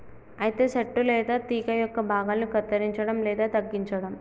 అయితే సెట్టు లేదా తీగ యొక్క భాగాలను కత్తిరంచడం లేదా తగ్గించడం